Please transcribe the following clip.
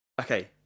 Okay